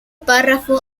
párrafo